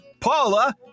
Paula